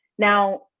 Now